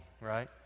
right